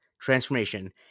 transformation